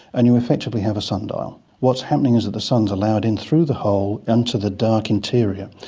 and you effectively have a sundial. what's happening is the sun is allowed in through the hole into the dark interior.